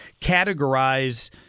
categorize